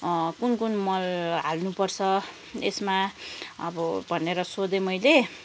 कुन कुन मल हाल्नुपर्छ यसमा अब भनेर सोधेँ मैले